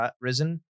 risen